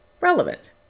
Relevant